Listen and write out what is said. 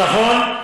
נכון.